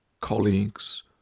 colleagues